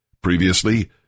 Previously